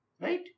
Right